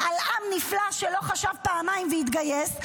על עם נפלא שלא חשב פעמיים והתגייס,